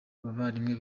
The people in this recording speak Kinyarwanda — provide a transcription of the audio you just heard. abavandimwe